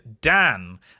Dan